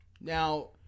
Now